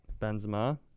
benzema